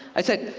i said,